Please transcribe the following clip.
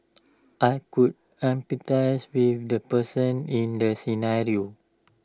I could empathise with the person in the scenario